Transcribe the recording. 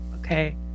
Okay